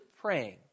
praying